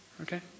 okay